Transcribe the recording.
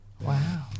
Wow